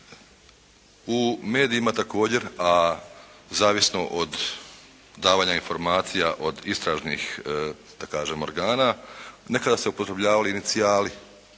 U medijima također, a zavisno od davanja informacija od istražnih da kažem organa, nekada su se upotrebljavali inicijali